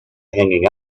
hanging